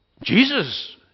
Jesus